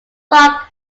lock